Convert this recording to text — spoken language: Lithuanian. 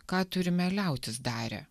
ką turime liautis darę